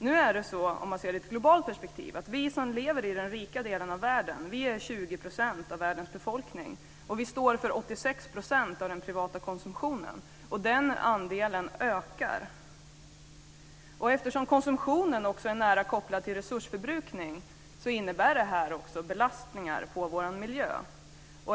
Om man ser det i ett globalt perspektiv är det så att vi som lever i den rika delen av världen är 20 % av världens befolkning, och vi står för 86 % av den privata konsumtionen. Den andelen ökar. Eftersom konsumtionen också är nära kopplad till resursförbrukning innebär detta också belastningar på vår miljö.